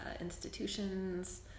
institutions